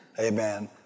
Amen